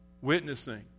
witnessing